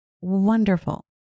wonderful